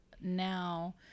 now